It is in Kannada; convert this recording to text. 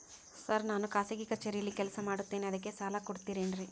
ಸರ್ ನಾನು ಖಾಸಗಿ ಕಚೇರಿಯಲ್ಲಿ ಕೆಲಸ ಮಾಡುತ್ತೇನೆ ಅದಕ್ಕೆ ಸಾಲ ಕೊಡ್ತೇರೇನ್ರಿ?